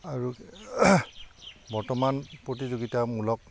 আৰু বৰ্তমান প্ৰতিযোগিতামূলক